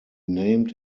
named